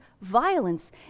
violence